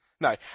No